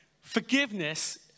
Forgiveness